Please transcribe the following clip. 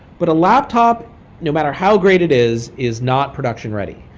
but a laptop no matter how great it is is not production ready.